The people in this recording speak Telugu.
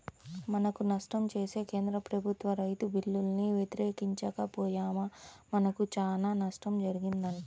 మనకు నష్టం చేసే కేంద్ర ప్రభుత్వ రైతు బిల్లుల్ని వ్యతిరేకించక పొయ్యామా మనకు చానా నష్టం జరిగిద్దంట